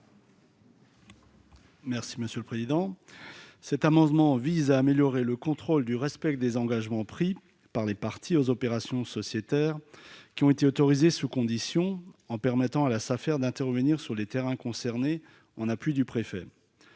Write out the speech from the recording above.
M. Christian Klinger. Cet amendement vise à améliorer le contrôle du respect des engagements pris par les parties aux opérations sociétaires qui ont été autorisées sous condition, en permettant à la Safer d'intervenir sur les terrains concernés en appui du préfet.